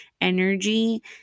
energy